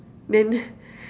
then